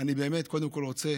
אני קודם כול רוצה